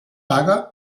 paga